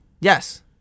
Yes